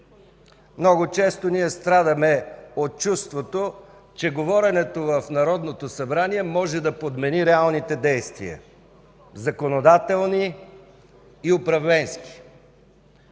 Много често страдаме от чувството, че говоренето в Народното събрание може да подмени реалните действия – законодателни и управленски.